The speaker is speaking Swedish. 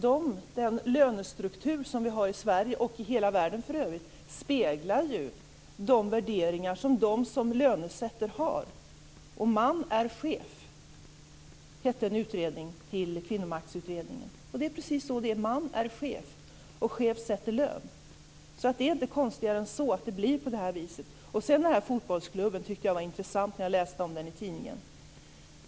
Den lönestruktur som finns i Sverige - och i världen i övrigt - speglar ju de värderingar som de som lönesätter har. Man är chef ingick i Kvinnomaktutredningen. Det är precis så: Man är chef. Chef sätter lön. Det är inte konstigare än så att det blir så. Det var intressant att läsa om fotbollsklubben i tidningen.